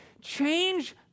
change